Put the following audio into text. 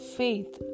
faith